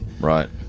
right